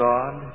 God